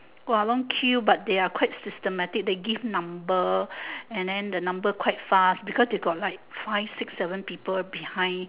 !wah! long queue but they're quite systematic they give number and then the number quite fast because they got like five six seven people behind